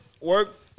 work